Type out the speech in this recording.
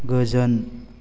गोजोन